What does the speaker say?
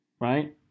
Right